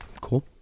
cool